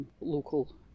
local